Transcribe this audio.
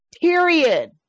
period